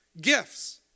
Gifts